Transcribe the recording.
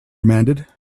demanded